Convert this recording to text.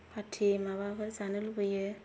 party माबाफोर जानो लुबैयो